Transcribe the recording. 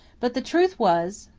but the truth was,